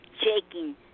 shaking